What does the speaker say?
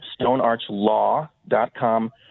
stonearchlaw.com